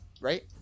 Right